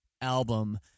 album